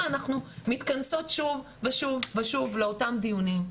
אנחנו מתכנסות שוב ושוב ושוב לאותם דיונים.